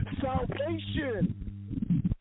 salvation